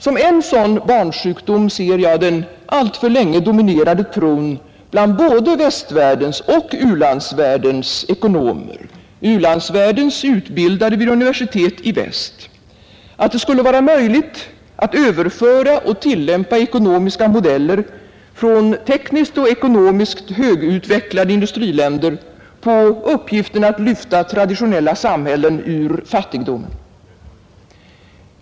Som en sådan barnsjukdom ser jag den alltför länge dominerande tron bland både västvärldens och u-landsvärldens — vid universitet i väst utbildade — ekonomer, att det skulle vara möjligt att överföra och tillämpa ekonomiska modeller från tekniskt och ekonomiskt högutvecklade industriländer på uppgiften att lyfta traditionella samhällen ur fattigdomen.